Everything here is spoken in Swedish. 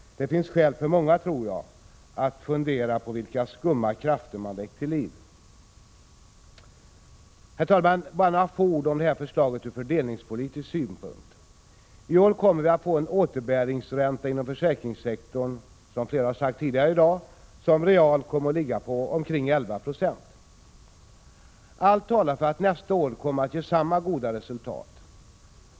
Det finns skäl för många, tror jag, att fundera på vilka skumma krafter man har väckt till liv. Herr talman! Jag vill säga några få ord om dettä förslag ur fördelningspolitisk synpunkt. I år kommer vi att få en återbäringsränta inom försäkringssektorn, som flera talare sagt tidigare i dag, som realt kommer att ligga på omkring 11 Yo. Allt talar för att nästa år kommer att ge samma goda resultat.